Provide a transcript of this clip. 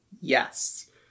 Yes